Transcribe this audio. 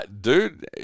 dude